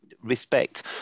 respect